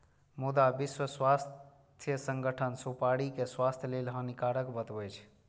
मुदा विश्व स्वास्थ्य संगठन सुपारी कें स्वास्थ्य लेल हानिकारक बतबै छै